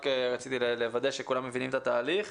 רק רציתי לוודא שכולם מבינים את התהליך.